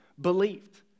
believed